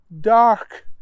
dark